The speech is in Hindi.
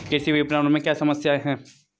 कृषि विपणन में क्या समस्याएँ हैं?